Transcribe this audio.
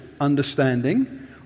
understanding